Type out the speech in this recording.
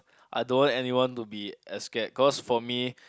I don't want anyone to be as scared cause for me